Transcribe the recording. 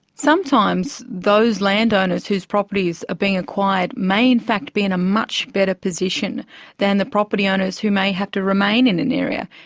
sometimes those landowners whose properties are being acquired may in fact be in a much better position than the property owners who may have to remain in an area,